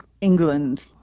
England